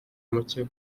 muke